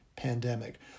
Pandemic